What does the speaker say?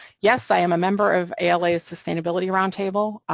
yes, i am a member of ala's sustainability roundtable,